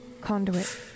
Conduit